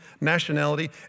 nationality